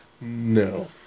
No